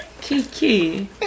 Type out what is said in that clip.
Kiki